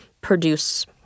produce